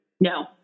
No